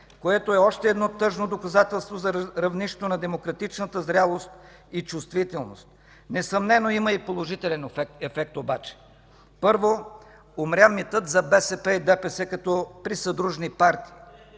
което е още едно тъжно доказателство за равнището на демократичната зрялост и чувствителност. Несъмнено има и положителен ефект обаче. Първо, умря митът за БСП и ДПС като присъдружни партии.